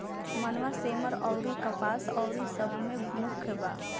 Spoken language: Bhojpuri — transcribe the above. मनवा, सेमर अउरी कपास अउरी सब मे मुख्य बा